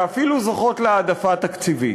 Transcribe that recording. שאפילו זוכות להעדפה תקציבית.